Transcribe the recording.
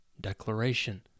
declaration